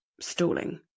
stalling